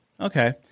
Okay